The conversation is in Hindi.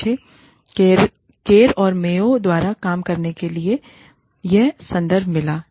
मुझे केर और मेयो द्वारा काम करने के लिए यह संदर्भ मिला